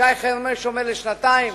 שי חרמש אומר לשנתיים,